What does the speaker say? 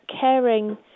caring